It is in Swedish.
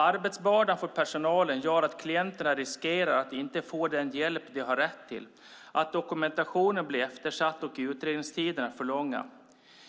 Arbetsbördan för personalen gör att klienterna riskerar att inte få den hjälp de har rätt till, att dokumentationen blir eftersatt och utredningstiderna blir för långa.